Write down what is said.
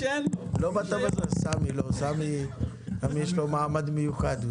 לסמי יש מעמד מיוחד.